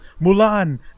Mulan